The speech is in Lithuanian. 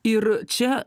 ir čia